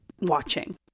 ...watching